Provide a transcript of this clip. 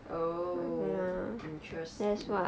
oh interesting